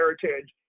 heritage